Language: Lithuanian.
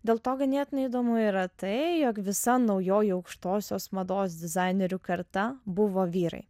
dėl to ganėtinai įdomu yra tai jog visa naujoji aukštosios mados dizainerių karta buvo vyrai